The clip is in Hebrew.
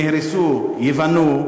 שנהרסו ייבנו,